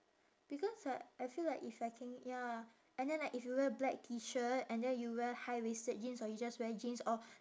because like I feel like if I can ya and then like if you wear black T shirt and then you wear high waisted jeans or you just wear jeans or